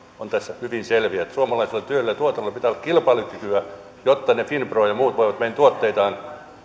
ovat tässä hyvin selviä suomalaisella työllä ja tuotannolla pitää olla kilpailukykyä jotta finpro ja muut voivat meidän tuotteitamme